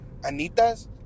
Anitas